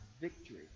victory